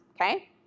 okay